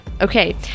Okay